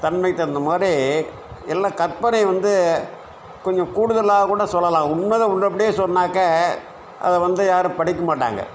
தன்மைக்கு தகுந்த மாதிரி எல்லாம் கற்பனை வந்து கொஞ்சம் கூடுதலாக கூட சொல்லலாம் உள்ளதை உள்ளபடியே சொன்னாக்கா அதை வந்து யாரும் படிக்க மாட்டாங்க